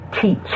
teach